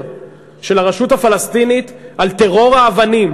של הרשות הפלסטינית על טרור האבנים.